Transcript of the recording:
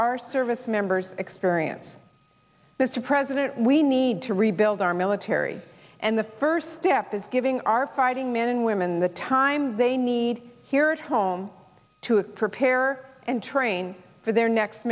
our service members experience mr president we need to rebuild our military and the first step is giving our fighting men and women the time they need here at home to have prepare and train for their next